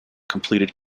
completed